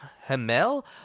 Hamel